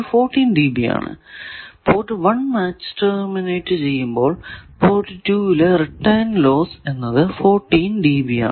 port 1മാച്ച് terminate ചെയ്യുമ്പോൾ port 2 ലെ റിട്ടേൺ ലോസ് എന്നത് 14 dB ആണ്